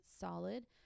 solid